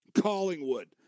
Collingwood